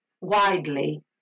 widely